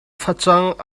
facang